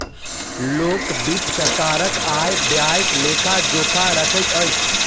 लोक वित्त सरकारक आय व्ययक लेखा जोखा रखैत अछि